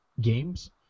games